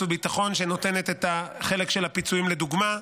וביטחון שנותנת את החלק של הפיצויים לדוגמה,